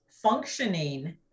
functioning